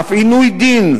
אף עינוי דין,